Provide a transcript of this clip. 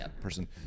person